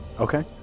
Okay